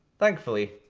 thankfully,